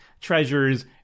treasures